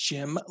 Jim